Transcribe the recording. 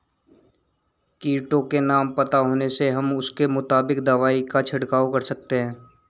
कीटों के नाम पता होने से हम उसके मुताबिक दवाई का छिड़काव कर सकते हैं